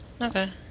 okay